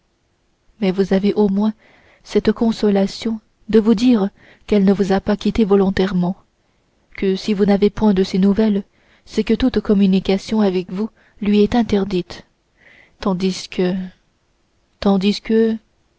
mais vous avez au moins la consolation de vous dire qu'elle ne vous a pas quitté volontairement que si vous n'avez point de ses nouvelles c'est que toute communication avec vous lui est interdite tandis que tandis que